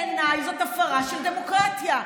בעיניי זאת הפרה של דמוקרטיה.